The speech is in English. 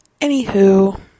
Anywho